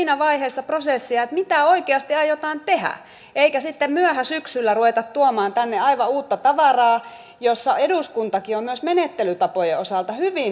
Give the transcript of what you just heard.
dna vaiheessa prosessia mitä oikeasti aiotaan tehdä eikä sitten myöhäsyksyllä ruveta tuomaan tänne aivan uutta tavaraa jossa eduskuntakin on myös menettelytapojen osalta hyvin